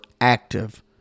active